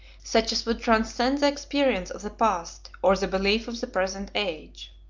such as would transcend the experience of the past, or the belief of the present age.